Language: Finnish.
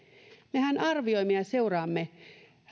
mehän arvioimme ja ja seuraamme